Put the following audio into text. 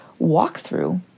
walkthrough